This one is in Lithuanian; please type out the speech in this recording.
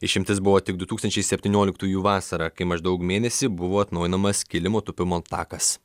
išimtis buvo tik du tūkstančiai septynioliktųjų vasarą kai maždaug mėnesį buvo atnaujinamas kilimo tūpimo takas